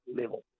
level